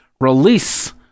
release